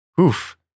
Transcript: Oof